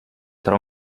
tra